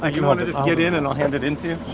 and you want to just get in, and i'll hand it in to you?